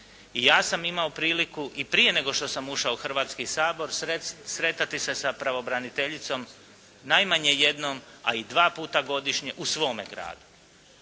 I ja sam imao priliku i prije nego što sam ušao u Hrvatski sabor sretati se sa pravobraniteljicom najmanje jednom, a i dva puta godišnje u svome gradu